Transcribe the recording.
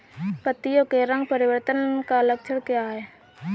पत्तियों के रंग परिवर्तन का लक्षण क्या है?